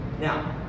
Now